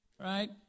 right